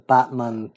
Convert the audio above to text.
Batman